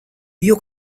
you